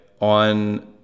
on